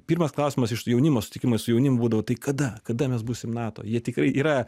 pirmas klausimas iš jaunimo susitikimo su jaunimu būdavo tai kada kada mes būsim nato jie tikrai yra